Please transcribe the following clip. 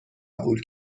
قبول